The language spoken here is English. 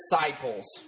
disciples